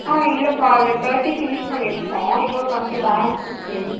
ஆ இல்லைப்பா இதில் thirty finish பண்ணியிருக்கோம் இன்னும் டொண்ட்டி பேலன்ஸ் இருக்குது